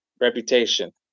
reputation